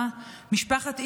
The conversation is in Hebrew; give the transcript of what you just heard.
ומשפחת אילוז,